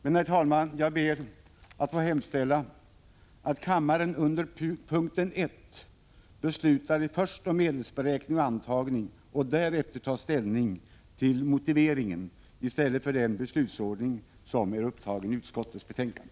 Jag ber dock, herr talman, att få hemställa att kammaren under punkt 1 först beslutar om medelsberäkning och antagning och därefter tar ställning till motiveringen, detta i stället för den beslutsordning som är upptagen i utskottets betänkande.